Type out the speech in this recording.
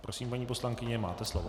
Prosím, paní poslankyně, máte slovo.